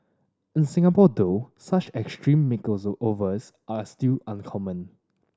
in Singapore though such extreme makeovers are still uncommon